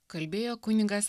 kalbėjo kunigas